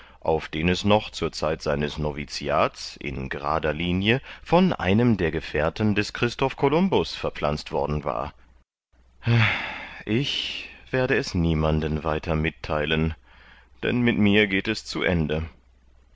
auf den es noch zur zeit seines noviziats in gerader linie von einem der gefährten des christoph columbus verpflanzt worden war ich werde es niemanden weiter mittheilen denn mit mir geht es zu ende